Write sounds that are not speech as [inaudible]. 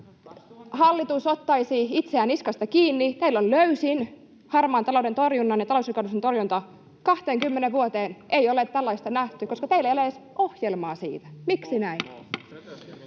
hallitus ottaisi itseään niskasta kiinni. Teillä on löysin harmaan talouden torjunta ja talousrikollisuuden torjunta. [noise] Kahteenkymmeneen vuoteen ei ole tällaista nähty, koska teillä ei ole edes ohjelmaa siitä. Miksi näin?